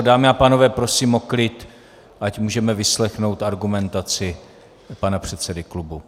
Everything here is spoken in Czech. Dámy a pánové, prosím o klid, ať můžeme vyslechnout argumentaci pana předsedy klubu.